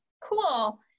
Cool